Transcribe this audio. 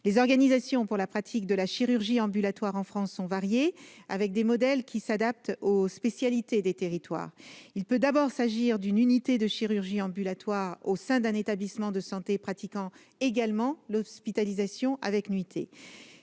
Les organisations pour la pratique de la chirurgie ambulatoire en France sont variées, les modèles s'adaptant aux spécialités des territoires. Il peut d'abord s'agir d'une unité de chirurgie ambulatoire au sein d'un établissement de santé pratiquant également l'hospitalisation avec nuitées.